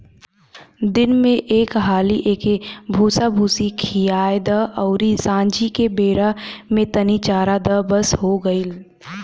दिन में एक हाली एके भूसाभूसी खिया द अउरी सांझी के बेरा में तनी चरा द बस हो गईल